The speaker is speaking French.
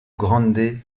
grande